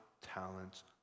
talents